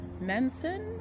Manson